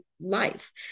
life